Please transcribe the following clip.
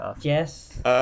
Yes